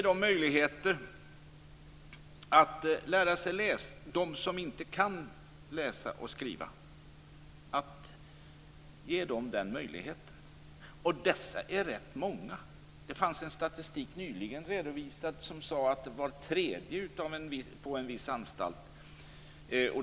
Det gäller naturligtvis dem som inte kan läsa och skriva - och de är rätt många. Nyligen redovisades statistik som visade att det gäller var tredje intagen på en viss anstalt.